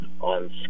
on